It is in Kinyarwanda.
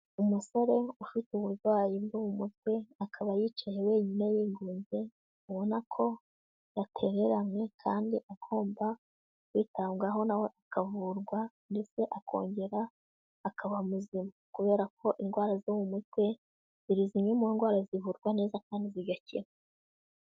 Umusore ufite uburwayi bwo mu mutwe, akaba yicaye wenyine yigunze, ubona ko yatereranywe kandi agomba kwitabwaho nawe akavurwa ndetse akongera akaba muzima. Kubera ko indwara zo mu mutwe ni zimwe mu ndwara zivurwa neza kandi zigakira.